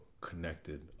connected